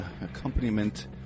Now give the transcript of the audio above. accompaniment